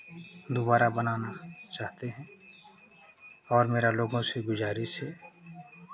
दोबारा बनाना चाहते हैं और मेरा लोगों से गुजारिश है